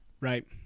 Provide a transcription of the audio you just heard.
Right